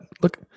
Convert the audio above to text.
Look